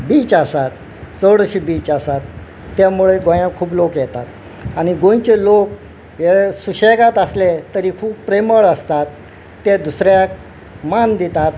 beach आसात चड अशी बीच आसात त्या मुळे गोंयाक खूब लोक येतात आनी गोंयचे लोक हे सुशेगाद आसले तरी खूब प्रेमळ आसतात ते दुसऱ्याक मान दितात